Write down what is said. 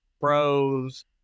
pros